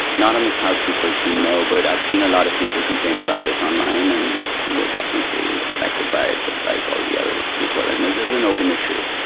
not in the cloud sql team, no, but i've seen a lot of people complaining about this online and we're definitely affected by it just like all the other people and there's an open issue.